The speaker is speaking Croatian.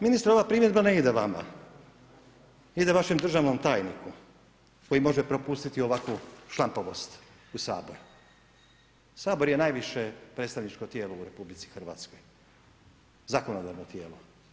Ministre ova primjedba ne ide vama, ide vašem državnom tajniku koji može propustiti ovakvu šlampavost u Saboru. sabor je najviše predstavničko tijelo u RH, zakonodavno tijelo.